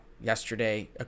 yesterday